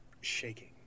shaking